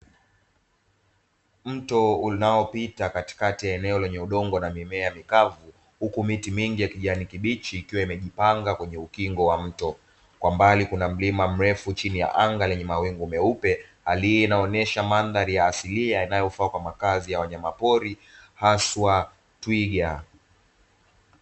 Mto unaopita katikati ya eneo lenye udongo na mimea mikavu, huku miti mingi ya kijani kibichi ikiwa imejipanga kwenye ukingo wa mto. Kwa mbali, kuna mlima mrefu chini ya anga lenye mawingu meupe halisi. Inaonyesha mandhari ya asilia inayofaa kwa makazi ya wanyamapori, haswa twiga.